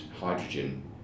hydrogen